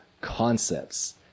concepts